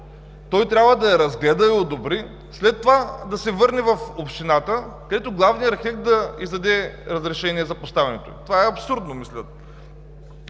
Той трябва да я разгледа и одобри, след това да се върне в общината, където главният архитект да издаде разрешение за поставянето им. Това е абсурдно, мисля.